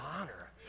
honor